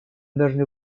должны